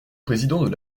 président